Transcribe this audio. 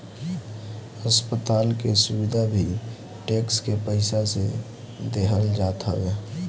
अस्पताल के सुविधा भी टेक्स के पईसा से देहल जात हवे